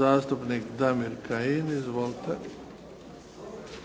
zastupnik Damir Kajin. Izvolite.